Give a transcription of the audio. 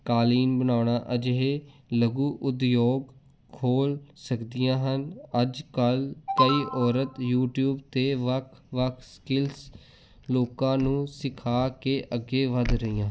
ਕਾਲੀਨ ਬਣਾਉਣਾ ਅਜਿਹੇ ਲਘੂ ਉਦਯੋਗ ਖੋਲ੍ਹ ਸਕਦੀਆਂ ਹਨ ਅੱਜ ਕੱਲ੍ਹ ਕਈ ਔਰਤ ਯੂਟਿਊਬ 'ਤੇ ਵੱਖ ਵੱਖ ਸਕਿਲਸ ਲੋਕਾਂ ਨੂੰ ਸਿਖਾ ਕੇ ਅੱਗੇ ਵੱਧ ਰਹੀਆਂ ਹਨ